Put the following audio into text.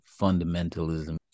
fundamentalism